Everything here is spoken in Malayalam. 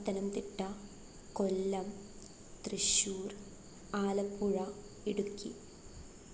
പത്തനംതിട്ട കൊല്ലം തൃശ്ശൂർ ആലപ്പുഴ ഇടുക്കി